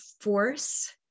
force